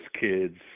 kids –